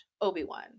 Obi-Wan